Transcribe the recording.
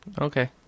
Okay